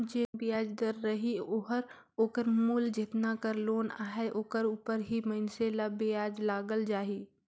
जेन बियाज दर रही ओहर ओकर मूल जेतना कर लोन अहे ओकर उपर ही मइनसे ल बियाज लगत जाही